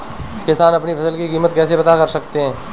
किसान अपनी फसल की कीमत कैसे पता कर सकते हैं?